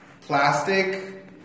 Plastic